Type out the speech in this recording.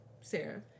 Sarah